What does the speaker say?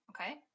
Okay